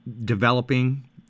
developing